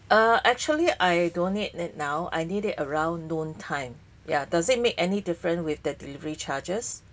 uh actually I don't need it now I need it around noon time yeah does it make any difference with the delivery charges